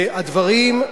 והדברים,